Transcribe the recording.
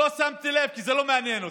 לא שמתי לב, כי זה לא מעניין אותי.